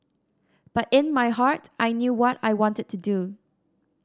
but in my heart I knew what I wanted to do